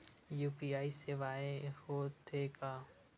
UPI सेवाएं हो थे का?